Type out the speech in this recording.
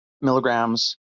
milligrams